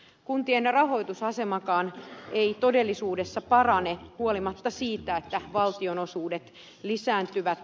kuntien rahoitusasemakaan ei todellisuudessa parane huolimatta siitä että valtionosuudet lisääntyvät